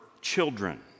children